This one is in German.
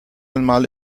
einmal